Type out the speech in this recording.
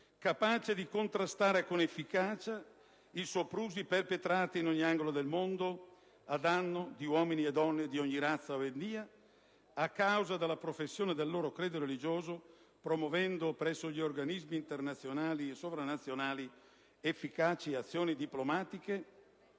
capace di contrastare con efficacia i soprusi perpetrati in ogni angolo del mondo, a danno di uomini e donne di ogni razza o etnia, a causa della professione del loro credo religioso, promuovendo presso gli organismi internazionali e sovranazionali efficaci azioni diplomatiche,